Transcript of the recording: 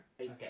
Okay